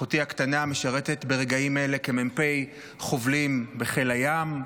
אחותי הקטנה משרתת ברגעים אלה כמ"פ חובלים בחיל הים.